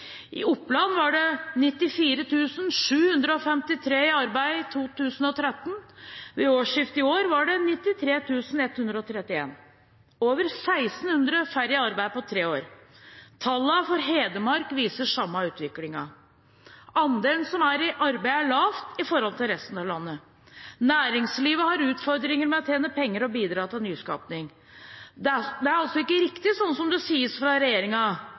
I Oppland var det 94 753 i arbeid i 2013. Ved årsskiftet i år var det 93 131 – over 1 600 færre i arbeid på tre år. Tallene for Hedmark viser den samme utviklingen. Andelen som er i arbeid, er lav i forhold til resten av landet. Næringslivet har utfordringer med å tjene penger og bidra til nyskaping. Det er altså ikke riktig sånn som det sies fra